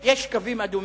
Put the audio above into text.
יש קווים אדומים,